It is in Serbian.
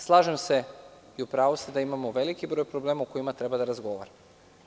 Slažem se, u pravu ste, imamo veliki broj problema o kojima treba da razgovaramo.